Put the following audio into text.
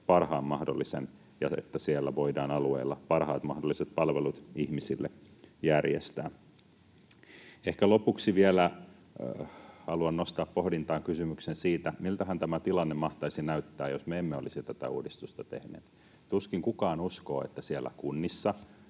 parhaan mahdollisen, että voidaan siellä alueilla parhaat mahdolliset palvelut ihmisille järjestää. Lopuksi haluan ehkä vielä nostaa pohdintaan kysymyksen siitä, miltähän tämä tilanne mahtaisi näyttää, jos me emme olisi tätä uudistusta tehneet. Tuskin kukaan uskoo, että siellä kunnissa